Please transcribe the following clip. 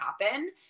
happen